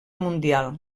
mundial